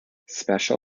special